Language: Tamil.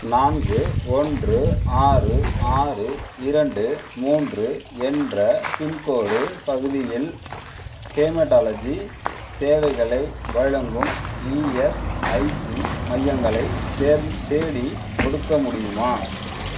நான்கு ஒன்று ஆறு ஆறு இரண்டு மூன்று என்ற பின்கோடு பகுதியில் ஹெமடாலஜி சேவைகளை வழங்கும் இஎஸ்ஐசி மையங்களை தேடிக்கொடுக்க முடியுமா